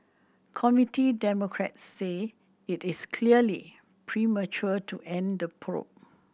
Committee Democrats say it is clearly premature to end the probe